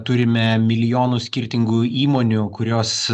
turime milijonus skirtingų įmonių kurios